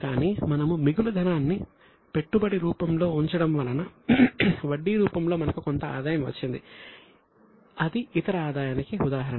కానీ మనము మిగులు ధనాన్ని పెట్టుబడి రూపంలో ఉంచడం వలన వడ్డీ రూపంలో మనకు కొంత ఆదాయం వచ్చింది అది ఇతర ఆదాయానికి ఉదాహరణ